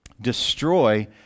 destroy